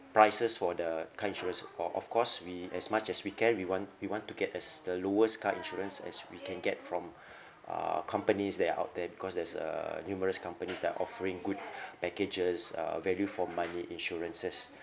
prices for the car insurance of of course we as much as we can we want we want to get as the lowest car insurance as we can get from uh companies that are out there because there's a numerous companies they're offering good packages uh value for money insurances